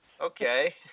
Okay